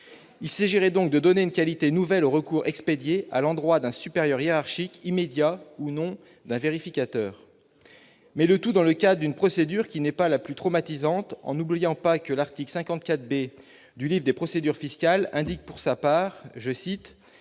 il sait gérer, donc de donner une qualité nouvelle recours expédiés à l'endroit d'un supérieur hiérarchique immédiat ou non d'un vérificateur, mais le tout dans le cas d'une procédure qui n'est pas la plus traumatisante en oubliant pas que l'article 54 B. du Live, des procédures fiscales, indique pour sa part, je cite